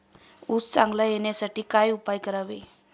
ऊस चांगला येण्यासाठी काय उपाय करावे?